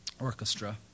orchestra